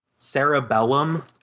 Cerebellum